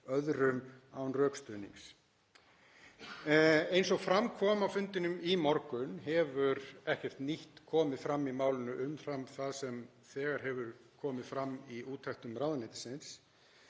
öðrum án rökstuðnings. Eins og fram kom á fundinum í morgun hefur ekkert nýtt komið fram í málinu umfram það sem þegar hefur komið fram í úttektum ráðuneytisins.